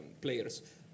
players